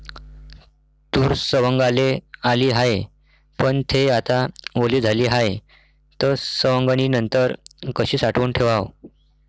तूर सवंगाले आली हाये, पन थे आता वली झाली हाये, त सवंगनीनंतर कशी साठवून ठेवाव?